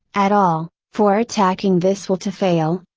at all, for attacking this will to fail,